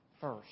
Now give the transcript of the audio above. first